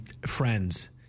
friends